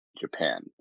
japan